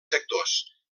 sectors